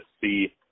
see